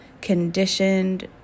conditioned